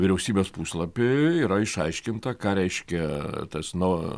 vyriausybės puslapy yra išaiškinta ką reiškia tas nu